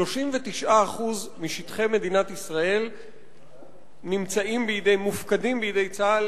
39% משטחי מדינת ישראל מופקדים בידי צה"ל,